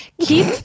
Keep